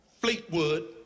Fleetwood